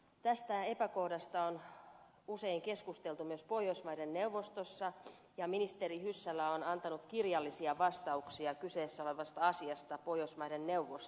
tästä epäkohdasta on usein keskusteltu myös pohjoismaiden neuvostossa ja ministeri hyssälä on antanut kirjallisia vastauksia kyseessä olevasta asiasta pohjoismaiden neuvostolle